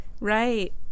Right